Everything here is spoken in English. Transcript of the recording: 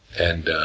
and,